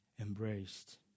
embraced